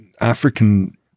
African